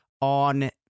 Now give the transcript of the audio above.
on